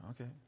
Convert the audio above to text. okay